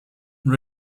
and